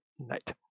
Night